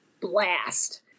blast